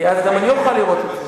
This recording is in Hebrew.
כי אז גם אני אוכל לראות את זה.